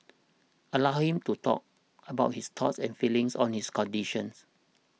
allow him to talk about his thoughts and feelings on his conditions